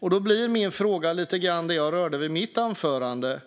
Därför handlar min fråga lite grann om det som jag rörde vid i mitt anförande: